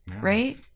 right